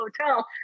hotel